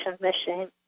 machine